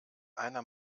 einer